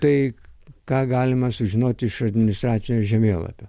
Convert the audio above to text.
tai ką galima sužinoti iš administracinio žemėlapio